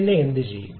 പിന്നെ എന്തുചെയ്യണം